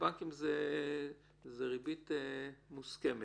ובבנקים יש ריבית מוסכמת,